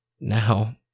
Now